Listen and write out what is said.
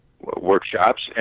workshops